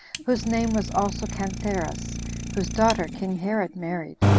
whose name was also cantheras whose daughter king herod married,